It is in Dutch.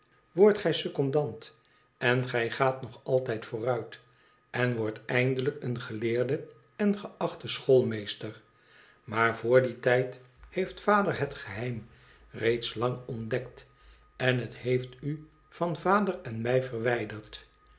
wordt gij secondant en gij gaat nog altijd vooruit en wordt eindelijk een geleerde en geachte schoolmeester maar vr dien tijd heeft vader het geheim reeds lang ontdekt en het heeft u van vader en mij verwijderd